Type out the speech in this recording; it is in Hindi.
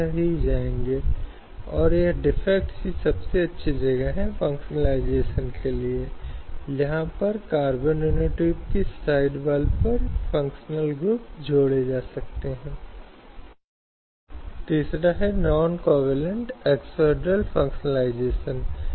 इसलिए यदि हम देखें तो इनमें से कई श्रम विधानों में स्त्री के संबंध में विशिष्ट प्रावधान हैं जबकि ये सभी प्रावधान लाखों श्रमिकों की आवश्यकताओं के लिए बिखरे हुए हैं जो विशेष रूप से महिलाओं के लिए विशेष प्रावधान हैं